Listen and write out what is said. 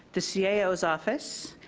the so ah cao's office,